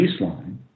baseline